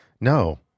No